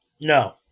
No